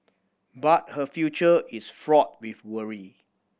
but her future is fraught with worry